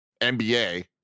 NBA